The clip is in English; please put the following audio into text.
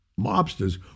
mobsters